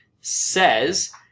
says